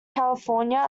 california